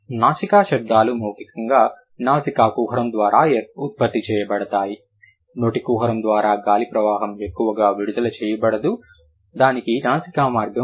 నాసికా శబ్దాలు మౌఖికంగా నాసికా కుహరం ద్వారా ఉత్పత్తి చేయబడతాయి నోటి కుహరం ద్వారా గాలి ప్రవాహం ఎక్కువగా విడుదల చేయబడదు దానికి నాసికా మార్గం ఉంది